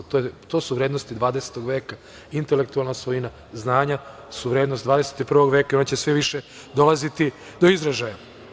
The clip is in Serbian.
To su vrednosti 20. veka, intelektualna svojina, znanja su vrednost 21. veka i ona će sve više dolaziti do izražaja.